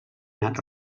anat